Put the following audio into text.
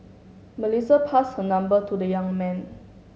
Melissa passed her number to the young man